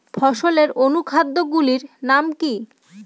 ফসলের অনুখাদ্য গুলির নাম কি?